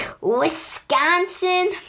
Wisconsin